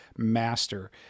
master